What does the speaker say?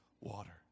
water